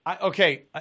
Okay